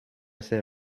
ses